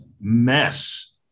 mess